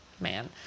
Man